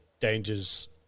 dangers